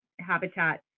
habitat